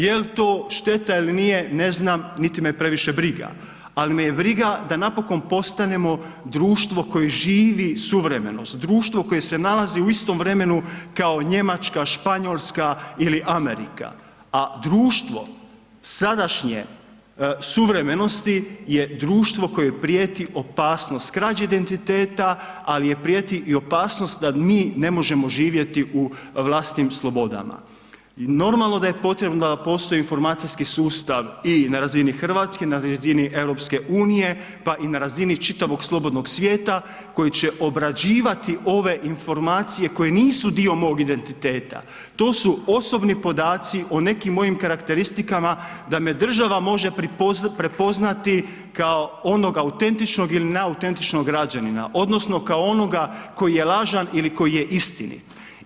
Jel to šteta ili nije, ne znam, niti me previše briga, ali me je briga da napokon postanemo društvo koje živi suvremenost, društvo koje se nalazi u istom vremenu kao Njemačka, Španjolska ili Amerika, a društvo sadašnje suvremenosti je društvo kojem prijeti opasnost krađe identiteta, al joj prijeti i opasnost da mi ne možemo živjeti u vlastitim slobodama i normalno da je potrebno da postoji informacijski sustav i na razini RH, na razini EU, pa i na razini čitavog slobodnog svijeta koji će obrađivati ove informacije koje nisu dio mog identiteta, to su osobni podaci o nekim mojim karakteristikama, da me država može prepoznati kao onog autentičnog ili neautentičnog građanina odnosno kao onoga koji je lažan ili koji je istinit.